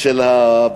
העובד של בית-המחוקקים,